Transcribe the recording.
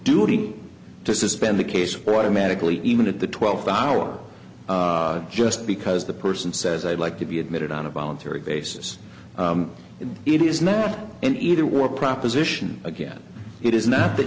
doing to suspend the case for automatically even at the twelfth hour just because the person says i'd like to be admitted on a voluntary basis and it is not an either or proposition again it is not the